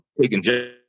taking